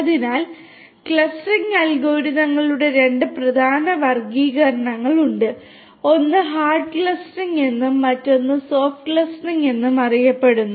അതിനാൽ ക്ലസ്റ്ററിംഗ് അൽഗോരിതങ്ങളുടെ രണ്ട് പ്രധാന വർഗ്ഗീകരണങ്ങളുണ്ട് ഒന്ന് ഹാർഡ് ക്ലസ്റ്ററിംഗ് എന്നും അറിയപ്പെടുന്നു